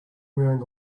wearing